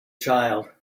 child